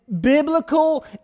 biblical